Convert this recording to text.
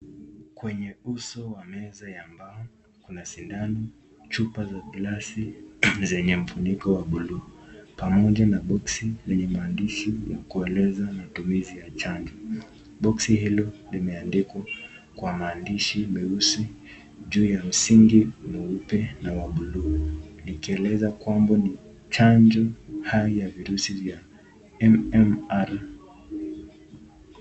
Kwenye uso wa meza ya mbao, kuna sindano, chupa za glasi zenye mfuniko wa buluu pamoja na boksi lenye maandishi ya kueleza matumizi ya chanjo. Boksi hilo limeandikwa kwa maandishi meusi, juu ya msingi mweupe na wa buluu likieleza kwamba ni chanjo hai ya virusi vya MMR.